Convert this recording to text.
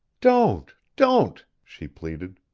don't! don't! she pleaded.